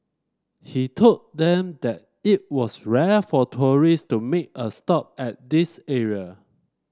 he told them that it was rare for tourist to make a stop at this area